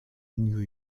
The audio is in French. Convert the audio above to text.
new